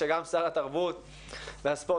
שגם שר התרבות והספורט,